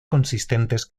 consistentes